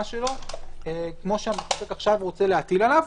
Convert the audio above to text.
שלו כמו שהמחוקק רוצה עכשיו להטיל עליו.